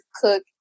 cook